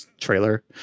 trailer